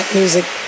music